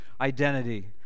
identity